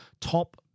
top